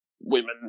women